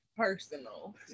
Personal